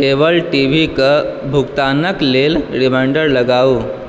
cable टीवीके भुगतानक लेल रिमाइण्डर लगाउ